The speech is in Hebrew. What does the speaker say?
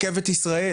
רכבת ישראל